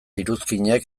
iruzkinek